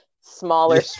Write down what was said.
smaller